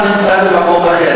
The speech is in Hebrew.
העולם נמצא במקום אחר.